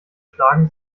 schlagen